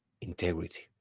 integrity